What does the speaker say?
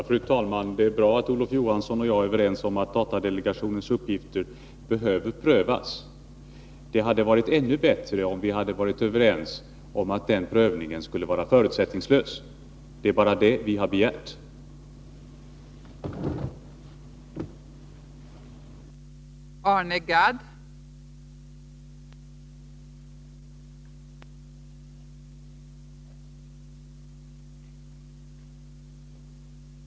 Fru talman! Det är bra att Olof Johansson och jag är överens om att datadelegationens uppgifter behöver prövas. Det hade varit ännu bättre om vi hade varit överens om att den prövningen skulle vara förutsättningslös. Det är bara det reservanterna och jag har begärt.